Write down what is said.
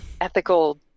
ethical